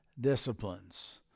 disciplines